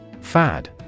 Fad